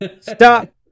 Stop